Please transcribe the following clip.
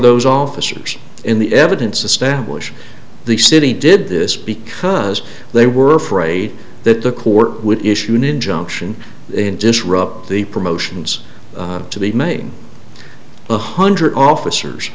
those officers in the evidence establish the city did this because they were afraid that the court would issue an injunction and disrupt the promotions to the main one hundred officers